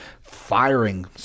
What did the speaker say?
firing